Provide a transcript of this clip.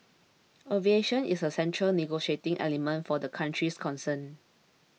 aviation is a central negotiating element for the countries concerned